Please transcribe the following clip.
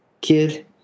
Kid